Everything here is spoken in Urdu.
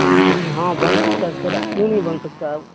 جی جی ہاں بن سکتا ہے سر کیوں نہیں بن سکتا ہے